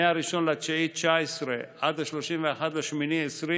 מ-1 בספטמבר 2019 עד 31 באוגוסט 2020,